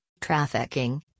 trafficking